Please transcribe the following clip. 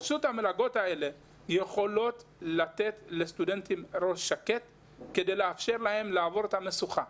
מלגות אלו יכולות לתת לסטודנטים ראש שקט כדי לאפשר להם לעבור את המשוכה,